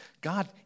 God